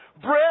bread